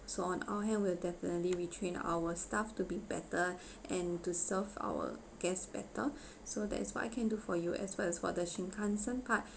so on our hand we'll definitely we train our staff to be better and to serve our guest better so that is what I can do for you as well as for the shinkansen part